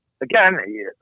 Again